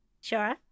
Sure